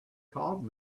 called